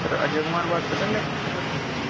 sir Ajay Kumar बात कर रहे हैं सर्विसिंग से